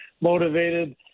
motivated